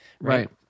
right